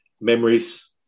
memories